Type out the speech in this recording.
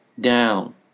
down